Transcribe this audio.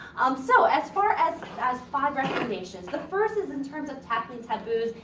um so, as far as as five recommendations. the first is in terms of tackling taboos.